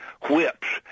whips